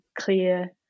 clear